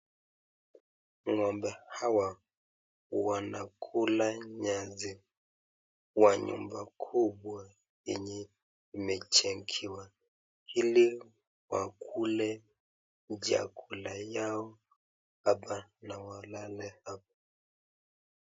Ng'ombe hawa, wanakula nyasi, kwa nyumba kubwa yenye imejengewa ,ili wakule chakula yao hapa, na walale hapa.